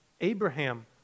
Abraham